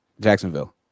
Jacksonville